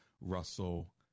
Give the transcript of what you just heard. Russell